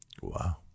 Wow